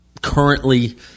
currently